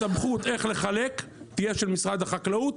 הסמכות איך לחלק תהיה של משרד החקלאות,